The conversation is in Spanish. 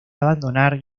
abandonar